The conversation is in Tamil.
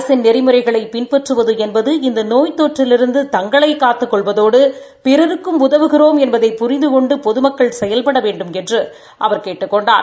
அரசின் நெறிமுறைகளை பின்பற்றுவது என்பது இந்த நோய் தொற்றிலிருந்து தங்களை காத்துக் கொள்வதோடு பிறருக்கும் உதவுகிறோம் என்பதை புரிந்து கொண்டு பொதுமக்கள் செயல்டட வேண்டுமென்று அவர் கேட்டுக் கொண்டார்